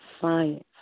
science